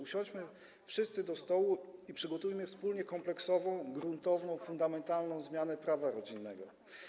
Usiądźmy wszyscy do stołu i przygotujmy wspólnie kompleksową, gruntowną, fundamentalną zmianę prawa rodzinnego.